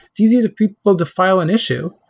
you need people to file an issue?